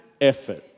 effort